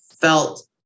felt